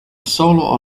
solo